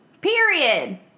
Period